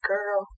Girl